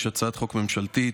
יש הצעת חוק ממשלתית,